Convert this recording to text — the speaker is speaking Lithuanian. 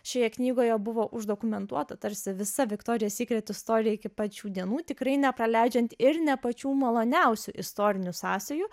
šioje knygoje buvo uždokumentuota tarsi visa viktorijos sykret istorija iki pat šių dienų tikrai nepraleidžiant ir ne pačių maloniausių istorinių sąsajų